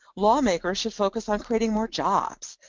lawmakers should focus on creating more jobs,